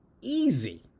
easy